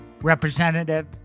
representative